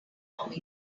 warming